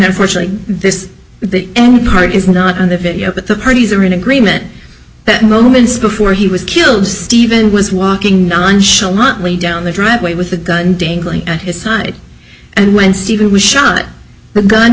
unfortunately this part is not on the video but the parties are in agreement that moments before he was killed stephen was walking nonchalantly down the driveway with the gun dangling at his side and when steven was shot the gun